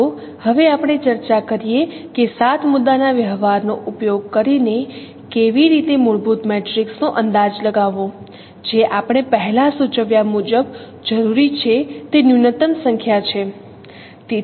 ચાલો હવે આપણે ચર્ચા કરીએ કે 7 મુદ્દાના વ્યવહારનો ઉપયોગ કરીને કેવી રીતે મૂળભૂત મેટ્રિક્સનો અંદાજ લગાવવો જે આપણે પહેલાં સૂચવ્યા મુજબ જરૂરી છે તે ન્યૂનતમ સંખ્યા છે